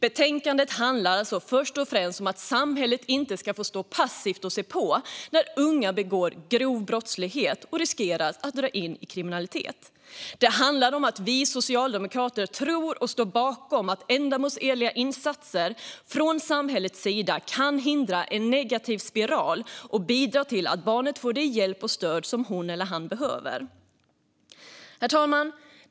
Betänkandet handlar alltså först och främst om att samhället inte ska få stå passivt och se på när unga begår grova brott och riskerar att dras in i kriminalitet. Det handlar om att vi socialdemokrater tror och står bakom att ändamålsenliga insatser från samhällets sida kan hindra en negativ spiral och bidra till att barnet får den hjälp och det stöd som hon eller han behöver. Herr talman!